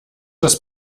das